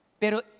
Pero